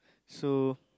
so